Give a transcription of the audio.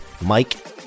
Mike